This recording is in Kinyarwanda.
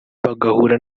bagahura